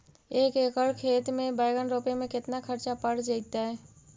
एक एकड़ खेत में बैंगन रोपे में केतना ख़र्चा पड़ जितै?